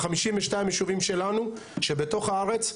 52 היישובים שלנו שבתוך הארץ,